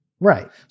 Right